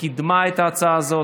וקידמה את ההצעה הזאת.